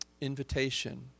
invitation